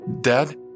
Dad